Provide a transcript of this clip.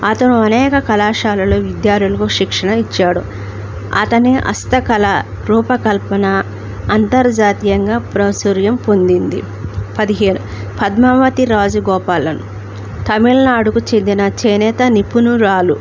అతను అనేక కళాశాలలో విద్యార్థులకు శిక్షణ ఇచ్చాడు అతని హస్తకళ రూపకల్పన అంతర్జాతీయంగా ప్రాచుర్యం పొందింది పదిహేను పద్మావతి రాజుగోపాలన్ తమిళనాడుకు చెందిన చేనేత నిపుణురాలు